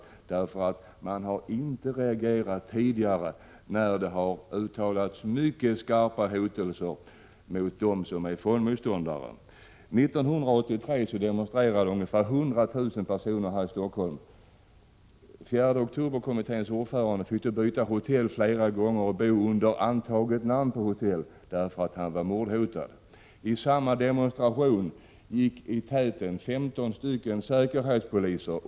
Tidigare har man ju inte reagerat när det har uttalats mycket skarpa hotelser mot fondmotståndarna. År 1983 demonstrerade ungefär 100 000 personer här i Stockholm. 4 oktober-kommitténs ordförande fick byta hotell flera gånger och var tvungen att bo under antaget namn på hotell, därför att han var mordhotad. I täten för samma demonstration gick 15 säkerhetspoliser.